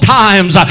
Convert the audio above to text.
times